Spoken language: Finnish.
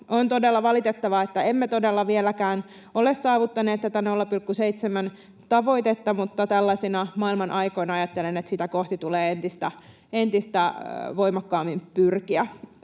On todella valitettavaa, että emme todella vieläkään ole saavuttaneet tätä 0,7:n tavoitetta, mutta tällaisina maailmanaikoina ajattelen, että sitä kohti tulee entistä voimakkaammin pyrkiä.